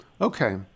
Okay